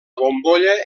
bombolla